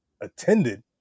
attended